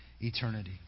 eternity